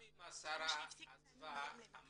גם אם השרה עזבה,